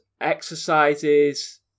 exercises